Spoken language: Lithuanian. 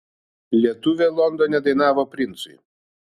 lietuvė londone dainavo princui